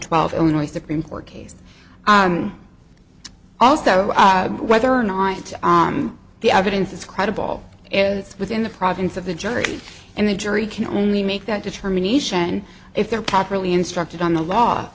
twelve illinois supreme court case also whether or not it's on the evidence is credible it's within the province of the jury and the jury can only make that determination if they're properly instructed on the law